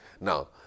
now